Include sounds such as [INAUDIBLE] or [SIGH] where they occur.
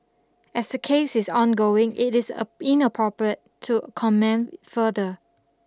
as the case is ongoing it is [NOISE] inappropriate to comment further